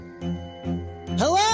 hello